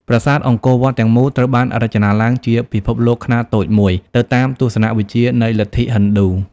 ប្រាសាទអង្គរវត្តទាំងមូល ត្រូវបានរចនាឡើងជាពិភពលោកខ្នាតតូចមួយ ទៅតាមទស្សនៈវិទ្យានៃលទ្ធិហិណ្ឌូ។